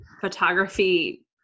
photography